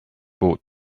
bought